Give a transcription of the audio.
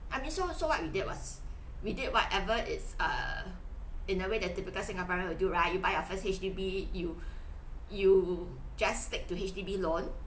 I mean so so what we did was we did whatever it's err in a way that typical singaporean will do right you buy your first H_D_B you you just stick to H_D_B loan